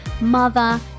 mother